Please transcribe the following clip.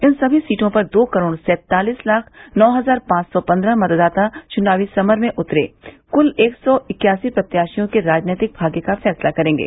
इन सभी सीटों पर दो करोड़ सैंतालीस लाख नौ हज़ार पांच सौ पन्द्रह मतदाता चुनावी समर में उतरे कुल एक सौ इक्यासी प्रत्याशियों के राजनैतिक भाग्य का फैसला करेंगे